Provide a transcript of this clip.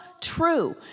true